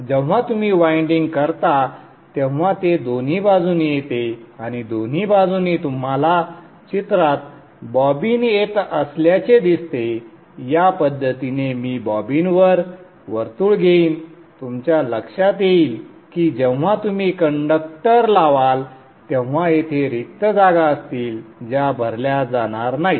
जेव्हा तुम्ही वायंडिंग करता तेव्हा ते दोन्ही बाजूंनी येते आणि दोन्ही बाजूंनी तुम्हाला चित्रात बॉबिन येत असल्याचे दिसते या पद्धतीने मी बॉबिनवर वर्तुळ घेईन तुमच्या लक्षात येईल की जेव्हा तुम्ही कंडक्टर लावाल तेव्हा येथे रिक्त जागा असतील ज्या भरल्या जाणार नाहीत